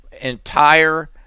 entire